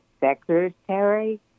secretary